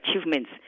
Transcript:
achievements